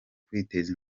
kwiteza